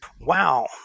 Wow